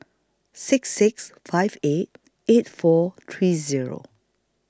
six six five eight eight four three Zero